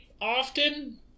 often